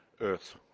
earth